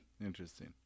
interesting